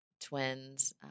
twins